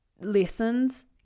lessons